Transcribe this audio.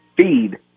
feed